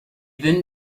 then